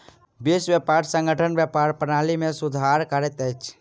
विश्व व्यापार संगठन व्यापार प्रणाली में सुधार करैत अछि